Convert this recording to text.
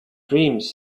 dreams